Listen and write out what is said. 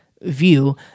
view